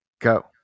go